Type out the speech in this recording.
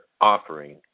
offering